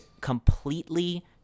completely